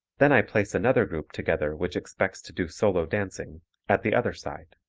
then i place another group together which expects to do solo dancing at the other side.